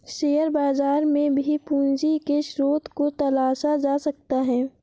share बाजार में भी पूंजी के स्रोत को तलाशा जा सकता है